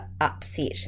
upset